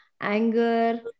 anger